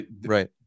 Right